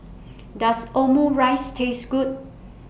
Does Omurice Taste Good